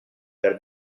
per